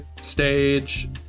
stage